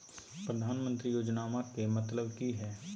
प्रधानमंत्री योजनामा के मतलब कि हय?